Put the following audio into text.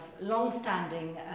long-standing